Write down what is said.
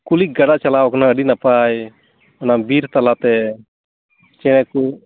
ᱠᱩᱞᱤᱠ ᱜᱟᱰᱟ ᱪᱟᱞᱟᱣ ᱟᱠᱟᱱᱟ ᱟᱹᱰᱤ ᱱᱟᱯᱟᱭ ᱚᱱᱟ ᱵᱤᱨ ᱛᱟᱞᱟᱛᱮ ᱪᱮᱬᱮᱠᱩ